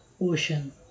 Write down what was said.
ocean